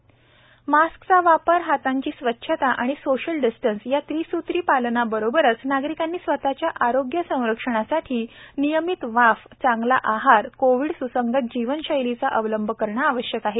steam सप्ताह मास्कचा वापर हातांची स्वच्छता व सोशल डिस्टन्स या त्रिसूत्रीपालनाबरोबरच नागरिकांनी स्वतच्या आरोग्य संरक्षणासाठी नियमित वाफ चांगला आहार कोविड स्संगत जीवनशैलीचा अवलंब करणे आवश्यक आहे